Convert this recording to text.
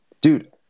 dude